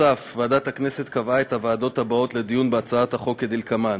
ועדת הכנסת קבעה את הוועדות הבאות לדיון בהצעות החוק כדלקמן: